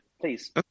please